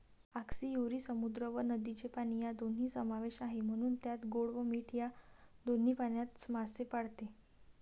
आस्कियुरी समुद्र व नदीचे पाणी या दोन्ही समावेश आहे, म्हणून त्यात गोड व मीठ या दोन्ही पाण्यात मासे पाळते